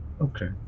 Okay